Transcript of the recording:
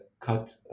cut